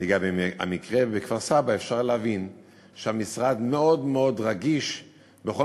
לגבי המקרה בכפר-סבא אפשר להבין שהמשרד מאוד מאוד רגיש בכל